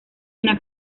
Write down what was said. una